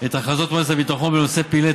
את הכרזות מועצת הביטחון בנושא פעילי